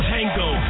Tango